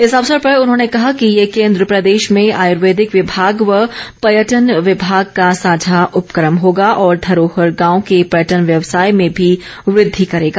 इस अवसर पर उन्होंने ेकहा कि ये केन्द्र ॅप्रदेश में आयुर्वेदिक विभाग व पर्यटन विभाग को सांझा उपक्रम होगा और धरोहर गांव के पर्यटन व्यवसाय में भी वृद्धि करेगा